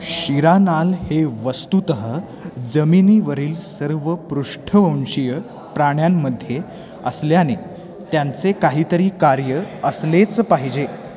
शिरानाल हे वस्तूत जमिनीवरील सर्व पृष्ठवंशीय प्राण्यांमध्ये असल्याने त्यांचे काहीतरी कार्य असलेच पाहिजे